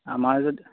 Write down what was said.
আমাৰ যদি